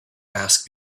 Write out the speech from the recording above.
ask